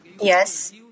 Yes